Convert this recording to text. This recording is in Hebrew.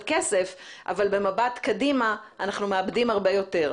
כסף אבל במבט קדימה אנחנו מאבדים הרבה יותר.